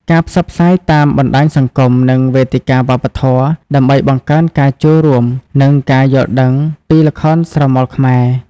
ការផ្សព្វផ្សាយតាមបណ្តាញសង្គម និងវេទិកាវប្បធម៌ ដើម្បីបង្កើនការចូលរួម និងការយល់ដឹងពីល្ខោនស្រមោលខ្មែរ។